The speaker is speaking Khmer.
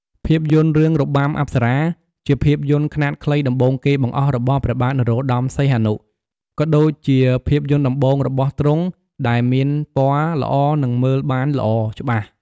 ភាពយន្ត រឿងរបាំអប្សរា ជាភាពយន្តខ្នាតខ្លីដំបូងគេបង្អស់របស់ព្រះបាទនរោត្តមព្រះសីហនុ ក៏ដូចជាភាពយន្តដំបូងររបស់ទ្រង់ដែលមានពណ៌ល្អនិងមើលបានល្អច្បាស់។